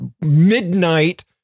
midnight